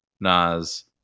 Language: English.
Nas